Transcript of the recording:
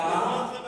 למה?